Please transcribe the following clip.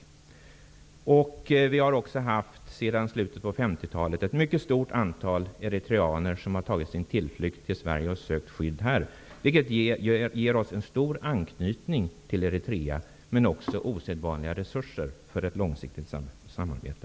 Vi har också sedan slutet av 50-talet haft ett mycket stort antal eritreaner som har tagit sin tillflykt till Sverige och sökt skydd här, vilket ger oss en stor anknytning till Eritrea men också osedvanliga resurser för ett långsiktigt samarbete.